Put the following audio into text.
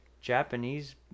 Japanese